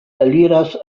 eliras